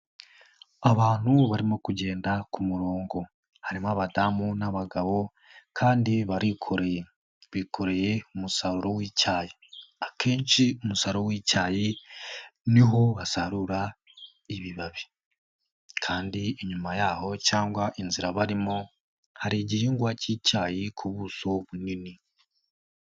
Abantu barimo kugenda ku murongo, harimo abadamu n'abagabo kandi barikoreye, bikoreye umusaruro w'icyayi. Akenshi umusaruro w'icyayi niho basarura ibibabi, kandi inyuma yaho cyangwa inzira barimo, hari igihingwa cy'icyayi ku buso bunini.